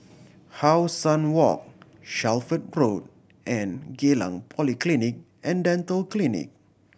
How Sun Walk Shelford Road and Geylang Polyclinic And Dental Clinic